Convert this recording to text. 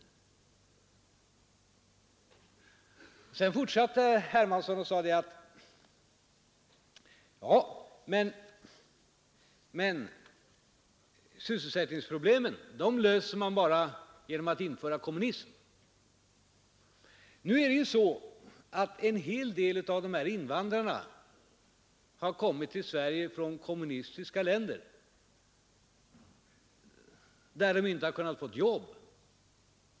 Men sedan fortsatte herr Hermansson med att säga att sysselsättningsproblemen löser man bara genom att införa kommunism. En hel del av invandrarna har emellertid kommit till Sverige från kommunistiska länder, där de inte kunnat få jobb.